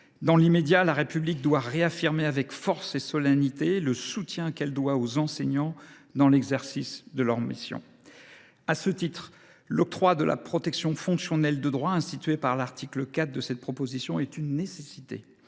Dans l’immédiat, la République doit réaffirmer avec force et solennité le soutien qu’elle doit aux enseignants dans l’exercice de leurs missions. À ce titre, l’octroi de la protection fonctionnelle de droit, institué par l’article 4 de cette proposition de loi, est une nécessité.